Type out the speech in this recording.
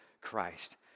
Christ